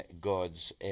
God's